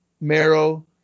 Marrow